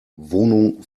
wohnung